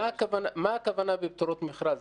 מה הכוונה שהן פטורות ממכרז?